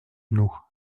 nous